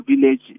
village